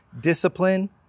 discipline